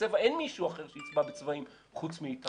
אין מישהו אחר שיצבע בצבעים חוץ מאיתנו.